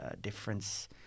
difference